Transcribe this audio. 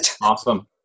Awesome